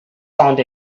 found